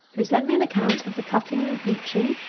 who sent me an account of the cutting and bleaching,